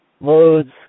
loads